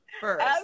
first